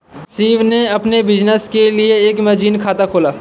शिव ने अपने बिज़नेस के लिए एक मार्जिन खाता खोला